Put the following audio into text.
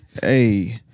Hey